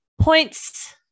points